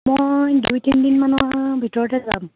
মই দুই তিনি দিনমানৰ ভিতৰতে যাম